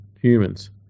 Humans